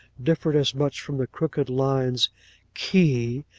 differed as much from the crooked lines key,